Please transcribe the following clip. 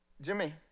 Jimmy